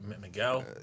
Miguel